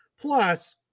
Plus